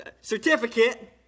certificate